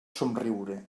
somriure